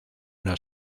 una